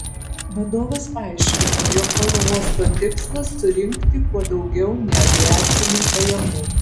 vadovas paaiškino jog oro uosto tikslas surinkti kuo daugiau neaviacinių pajamų